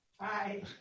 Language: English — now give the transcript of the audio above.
Hi